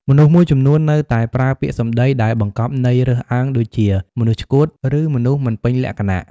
មនុស្សមួយចំនួននៅតែប្រើពាក្យសំដីដែលបង្កប់ន័យរើសអើងដូចជា "មនុស្សឆ្កួត" ឬ "មនុស្សមិនពេញលក្ខណៈ"។